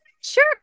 Sure